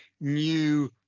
new